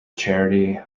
charity